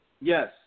yes